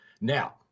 Now